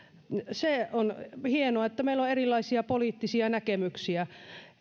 se on hienoa että meillä on erilaisia poliittisia näkemyksiä